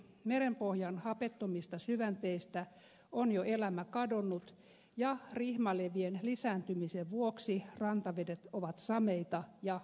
merenpohjan hapettomista syvänteistä on jo elämä kadonnut ja rihmalevien lisääntymisen vuoksi rantavedet ovat sameita ja limaisia